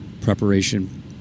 preparation